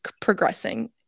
progressing